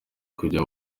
kujya